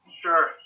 Sure